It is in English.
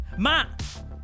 Matt